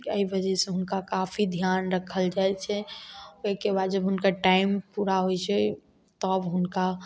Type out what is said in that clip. एहि वजह से हुनका काफी ध्यान रखल जाइ छै ओहिके बाद जब हुनका टाइम पूरा होइ छै तब हुनका